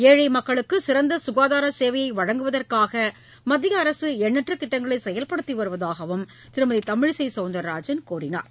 ஏழை மக்களுக்கு சிறந்த சுகாதார சேவையை வழங்குவதற்காக மத்திய அரசு என்ணற்ற திட்டங்களை செயல்படுத்தி வருவதாகவும் திருமதி தமிழிசை சவுந்தரராஜன் கூறினார்